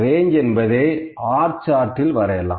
range என்பதை R சார்ட்டில் வரையலாம்